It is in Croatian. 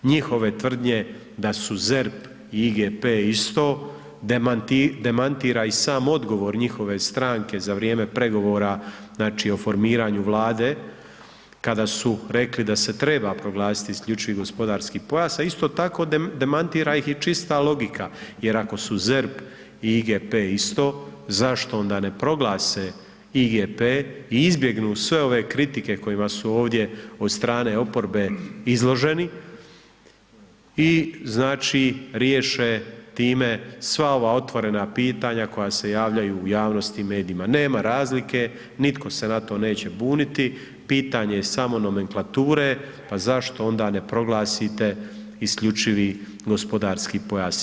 Njihove tvrdnje da su ZERP i IGP isto demantira i sam odgovor njihove stranke za vrijeme pregovora, znači, o formiranju Vlade kada su rekli da se treba proglasiti isključivi gospodarski pojas, a isto tako demantira ih i čista logika, jer ako su ZERP i IGP isto, zašto onda ne proglase IGP i izbjegnu sve ove kritike kojima su ovdje od strane oporbe izloženi i znači, riješe time sva ova otvorena pitanja koja se javljaju u javnosti i medijima, nema razlike, nitko se na to neće buniti, pitanje je samo nomenklature, pa zašto onda ne proglasite isključivi gospodarski pojas?